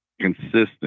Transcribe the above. consistent